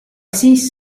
siis